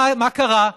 מה קרה?